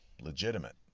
legitimate